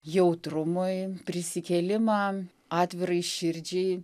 jautrumui prisikėlimą atvirai širdžiai